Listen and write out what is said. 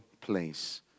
place